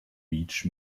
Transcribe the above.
beach